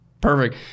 perfect